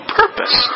purpose